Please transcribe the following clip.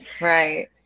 Right